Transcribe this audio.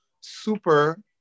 super